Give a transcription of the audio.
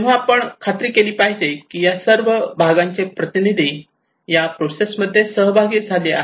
तेव्हा आपण खात्री केली पाहिजे की या सर्व भागांचे प्रतिनिधी या प्रोसेस मध्ये सहभागी झाले आहेत